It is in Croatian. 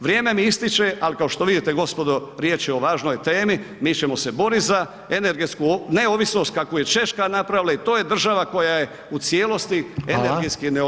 Vrijeme mi ističe, ali kao što vidite gospodo riječ je o važnoj temi, mi ćemo se boriti za energetsku neovisnost kakvu je Češka napravila i to je država koja je u cijelosti energetski neovisna.